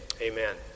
amen